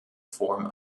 form